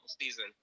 season